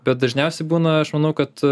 bet dažniausiai būna aš manau kad